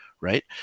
right